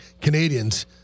Canadians